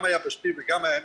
גם היבשתי וגם הימי,